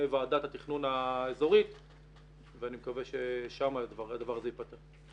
ועדת התכנון האזורית ואני מקווה ששם הדבר הזה ייפתר.